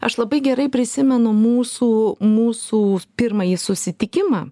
aš labai gerai prisimenu mūsų mūsų pirmąjį susitikimą